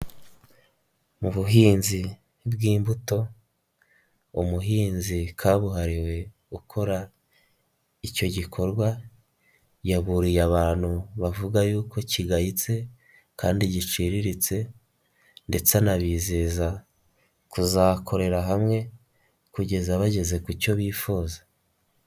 Mu buhinzi bw'imbuto, umuhinzi kabuhariwe ukora icyo gikorwa, yaburiye abantu bavuga yuko kigayitse kandi giciriritse ndetse anabizeza kuzakorera hamwe kugeza bageze ku cyo bifuza.